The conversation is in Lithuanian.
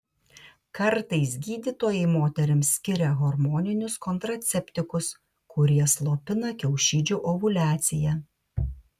kartais gydytojai moterims skiria hormoninius kontraceptikus kurie slopina kiaušidžių ovuliaciją